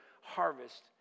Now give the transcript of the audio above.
harvest